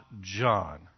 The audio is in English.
John